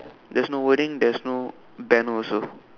there's no wording there's no banner also